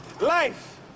life